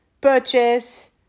purchase